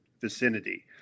vicinity